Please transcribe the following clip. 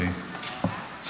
חוק משפחות חיילים שנספו במערכה (תגמולים ושיקום) (תיקון מס' 43),